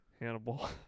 Hannibal